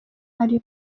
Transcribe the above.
arimo